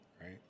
right